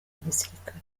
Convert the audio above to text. gisirikare